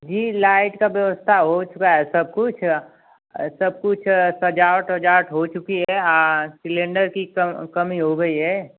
जी light की व्यवस्था हो चुका है सबकुछ सबकुछ सजावट वजावट हो चुकी है सिलेंडर की कमी हो गई है